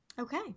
Okay